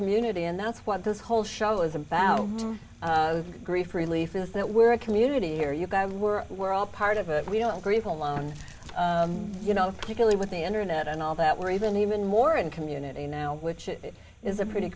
community and that's what this whole show is about grief relief is that we're a community here you were we're all part of it we don't grieve alone you know particularly with the internet and all that we're even even more in community now which is a pretty